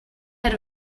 had